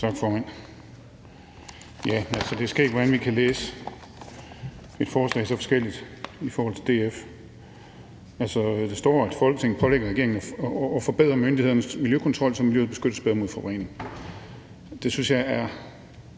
Tak, formand. Det er skægt, hvordan vi kan læse et forslag så forskelligt i forhold til DF. Der står, at Folketinget pålægger regeringen at forbedre myndighedernes miljøkontrol, så miljøet beskyttes bedre mod forurening. Det synes jeg er